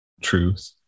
truth